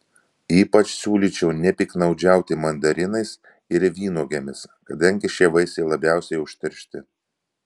ypač siūlyčiau nepiktnaudžiauti mandarinais ir vynuogėmis kadangi šie vaisiai labiausiai užteršti